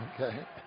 Okay